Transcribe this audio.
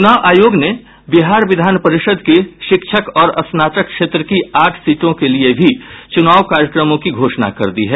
चूनाव आयोग ने बिहार विधान परिषद की शिक्षक और स्नातक क्षेत्र की आठ सीटों के लिए भी चुनाव कार्यक्रमों की घोषणा कर दी है